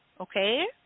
okay